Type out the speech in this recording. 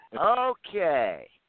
okay